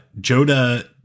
Joda